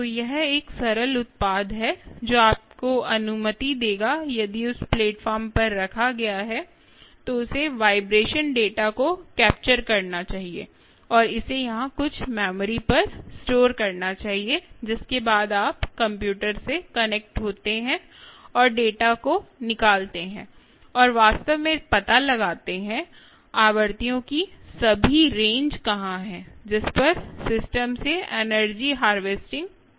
तो यह एक सरल उत्पाद है जो आपको अनुमति देगा यदि उस प्लेटफ़ॉर्म पर रखा गया है तो उसे वाइब्रेशन डेटा को कैप्चर करना चाहिए और इसे यहां कुछ मेमोरी पर स्टोर करना चाहिए जिसके बाद आप कंप्यूटर से कनेक्ट होते हैं और डेटा को निकालते हैं और वास्तव में पता लगाते हैं आवृत्तियों की सभी रेंज कहाँ है जिस पर सिस्टम से एनर्जी हार्वेस्टिंग हो रही है